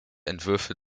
entwürfe